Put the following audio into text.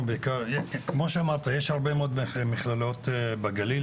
כמו שאמרת יש הרבה מאוד מכללות בגליל,